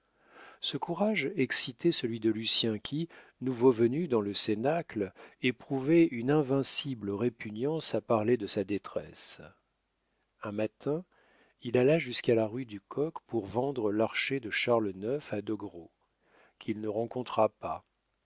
ce courage excitait celui de lucien qui nouveau venu dans le cénacle éprouvait une invincible répugnance à parler de sa détresse un matin il alla jusqu'à la rue du coq pour vendre l'archer de charles ix à doguereau qu'il ne rencontra pas